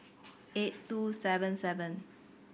eight two seven seven